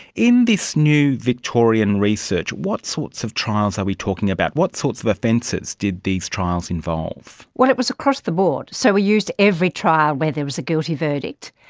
in this new victorian research, what sorts of trials are we talking about? what sorts of offences did these trials involve? well, it was across the board. so we used every trial where there was a guilty verdict.